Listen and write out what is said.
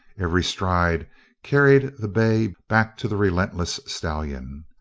every stride carried the bay back to the relentless stallion.